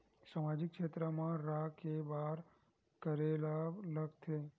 सामाजिक क्षेत्र मा रा हे बार का करे ला लग थे